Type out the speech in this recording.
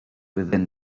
within